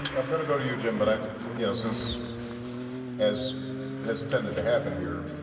i'm going to go to you, jim, but i you know since as has tended to happen here,